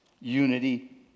Unity